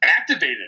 activated